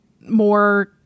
more